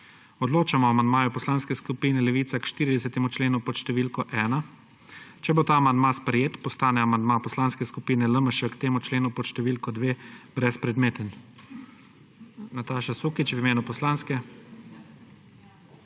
Odločamo o amandmaju Poslanske skupine Levica k 40. členu pod številko 1. Če bo ta amandma sprejet, postane amandma Poslanske skupine LMŠ k temu členu pod številko 2 brezpredmeten.